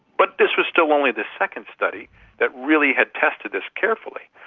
but this was still only the second study that really had tested this carefully.